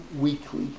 weekly